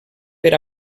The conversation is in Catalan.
per